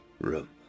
room